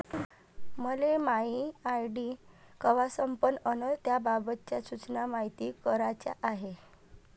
मले मायी आर.डी कवा संपन अन त्याबाबतच्या सूचना मायती कराच्या हाय